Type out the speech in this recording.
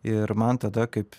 ir man tada kaip